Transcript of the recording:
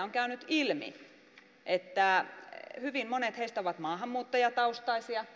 on käynyt ilmi että hyvin monet heistä ovat maahanmuuttajataustaisia